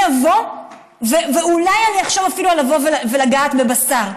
אני אבוא ואולי אני אחשוב אפילו על לבוא ולגעת בבשר,